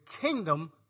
kingdom